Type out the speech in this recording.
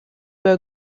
were